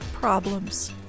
problems